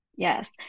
Yes